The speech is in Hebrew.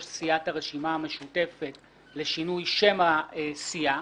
סיעת הרשימה המשותפת לשינוי שם הסיעה,